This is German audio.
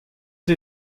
sie